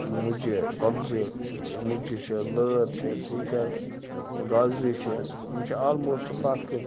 مُجہِ گۄگجہِ مُجہِ چھِ لٲر چھِ ٹھیٖک چھےٚ حظ گازرِ چھےٚ یِم چھِ آلموسٹ پرٛٮ۪تھ کٲنٛسہِ